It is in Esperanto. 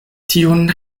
tiun